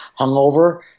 hungover